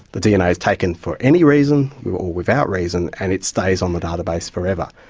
the dna is taken for any reason or without reason and it stays on the database forever.